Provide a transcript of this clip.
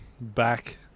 back